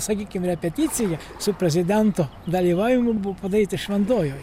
sakykim repeticija su prezidento dalyvavimu bu padaryta šventojoj